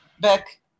Beck